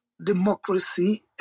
democracy